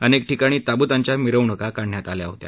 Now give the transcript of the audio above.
अनेक ठिकाणी ताब्तांच्या मिरवणूका काढण्यात आल्या होत्या